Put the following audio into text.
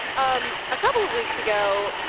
um a couple of weeks ago,